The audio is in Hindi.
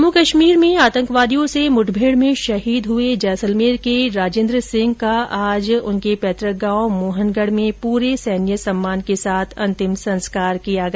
जम्मू एवं कश्मीर में आतंकवादियों से मुठभेड़ में शहीद हुए जैसलमेर के राजेंद्र सिंह का आज उनके पैतूक गांव मोहनगढ में पूरे सैन्य सम्मान के साथ अंतिम संस्कार किया गया